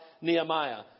Nehemiah